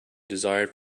desired